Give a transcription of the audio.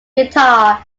guitar